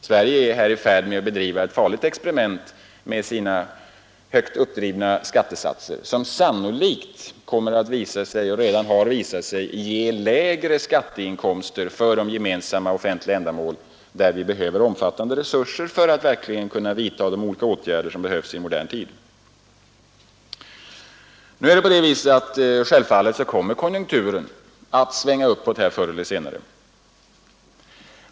Sverige är i färd med att bedriva ett mycket farligt expriment med sina högt uppdrivna skattesatser, som redan visat sig ge lägre skatteinkomster för de gemensamma offentliga ändamål där vi behöver omfattande resurser för att verkligen kunna vidta de åtgärder som krävs i en modern tid. Självfallet kommer konjunkturen förr eller senare att svänga uppåt.